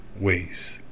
ways